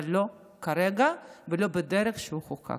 אבל לא כרגע ולא בדרך שהוא חוקק.